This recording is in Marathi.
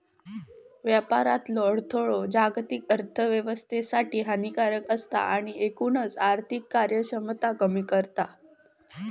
व्यापारातलो अडथळो जागतिक अर्थोव्यवस्थेसाठी हानिकारक असता आणि एकूणच आर्थिक कार्यक्षमता कमी करता